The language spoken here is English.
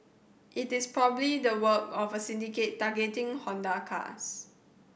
it is probably the work of a syndicate targeting Honda cars